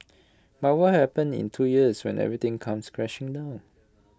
but what will happen in two years when everything comes crashing down